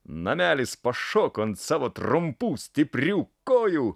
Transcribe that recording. namelis pašoko ant savo trumpų stiprių kojų